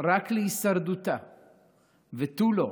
רק להישרדותה ותו לא.